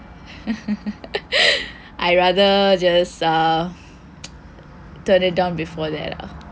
I rather just err turn it down before that lah